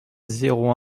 zéro